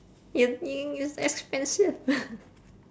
it's expensive